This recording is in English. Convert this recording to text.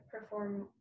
perform